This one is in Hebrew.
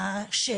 אני